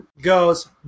goes